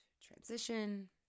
transition